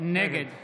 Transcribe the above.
נגד